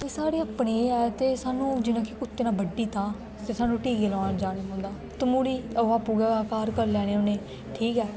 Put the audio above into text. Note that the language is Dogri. एह् साढ़े अपने है ते एह् सानू अगर कुत्ते ने बड्ढी दित्ता ते सानू टीके लुआन जाने पौंदा ते तम्हूड़ी अस आपूं गै घार ठीक करी लैन्ने उंहे गी ठीक ऐ